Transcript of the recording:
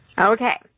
Okay